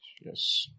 Yes